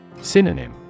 Synonym